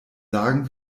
sagen